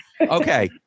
Okay